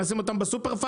אשים אותם בסופר-פארם?